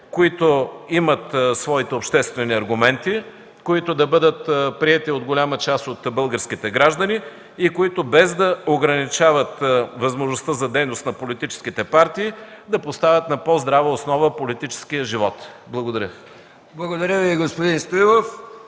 които имат своите обществени аргументи, които да бъдат приети от голяма част от българските граждани и без да ограничават възможността за дейност на политическите партии да поставят на по-здрава основа политическия живот. Благодаря.